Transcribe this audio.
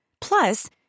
Plus